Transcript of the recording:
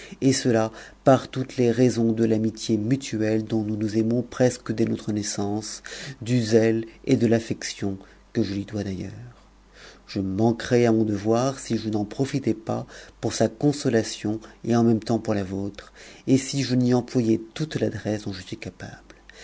et cela par toutes les raisons de l'amitié nm tuelle dont nous nous aimons presque dès notre naissance du zèle et de affection que je lui dois d'ailleurs je manquerais à mon devoir si je n'en profitais pas pour sa consolation et en même temps pour a vôtre et si je n'y employais toute l'adresse dont je suis capable